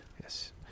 Yes